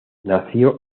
nació